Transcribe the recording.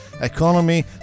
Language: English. economy